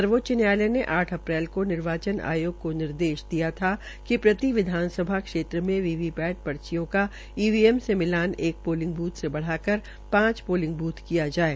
सर्वोच्च न्यायालय ने आठ अप्रैल को निर्वाचन आयोग को निर्देश दिया था कि प्रति विधानसभा क्षेत्र में वीवी पैट पर्चियों का ईवीएम से मिलान एक पोलिंग बूथ से बढ़ाकर पांच पोलिंग बूथ किया जाये